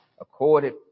accorded